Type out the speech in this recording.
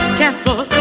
careful